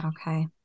Okay